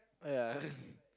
yeah